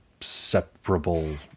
separable